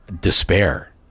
despair